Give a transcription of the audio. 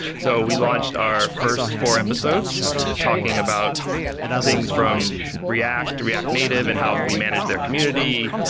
so we launched our first four episodes talking about things from react, react native and how we manage their community,